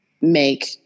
make